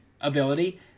ability